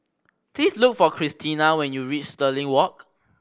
please look for Christena when you reach Stirling Walk